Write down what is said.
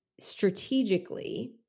strategically